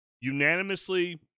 Unanimously